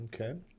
Okay